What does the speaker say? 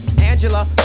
Angela